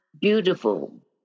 beautiful